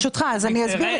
אז אני אסביר.